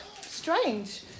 Strange